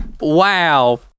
Wow